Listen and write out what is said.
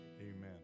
Amen